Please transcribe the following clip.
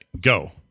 go